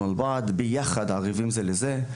ביחד, ערבים זה לזה.